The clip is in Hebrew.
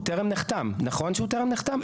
הוא טרם נחתם, נכון שהוא טרם נחתם?